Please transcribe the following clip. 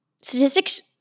statistics